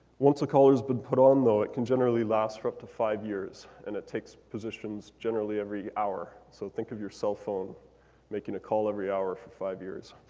once the collar's been put on, though, it can generally last for up to five years. and it takes positions generally every hour. so think of your cell phone making a call every hour for five years.